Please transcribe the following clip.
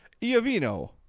Iovino